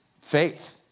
faith